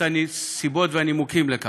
הנסיבות והנימוקים לכך.